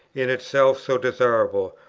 in itself so desirable,